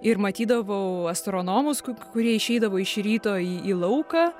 ir matydavau astronomus kurie išeidavo iš ryto į į lauką